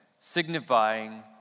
signifying